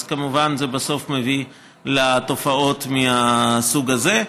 אז כמובן בסוף זה מביא לתופעות מהסוג הזה.